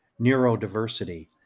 neurodiversity